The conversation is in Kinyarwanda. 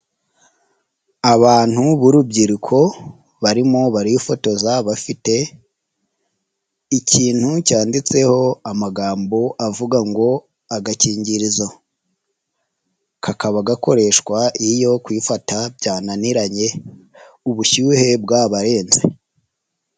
Abantu b'urubyiruko barimo barifotoza bafite ikintu cyanditseho amagambo avuga ngo agakingirizo, kakaba gakoreshwa iyo kwifata byananiranye ubushyuhe bwabarenze.